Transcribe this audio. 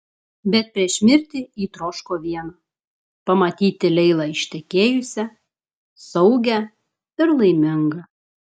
bet prieš mirtį ji troško viena pamatyti leilą ištekėjusią saugią ir laimingą